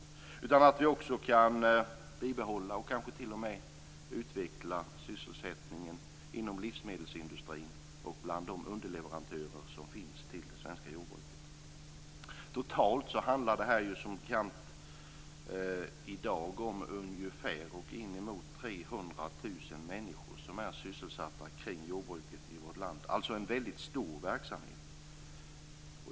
Det leder också till att vi kan behålla, och kanske t.o.m. utveckla, sysselsättningen inom livsmedelsindustrin och bland underleverantörerna till det svenska jordbruket. Totalt handlar det i dag som bekant om inemot 300 000 människor som är sysselsatta kring jordbruket i vårt land. Det är alltså en väldigt stor verksamhet.